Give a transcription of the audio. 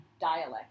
dialect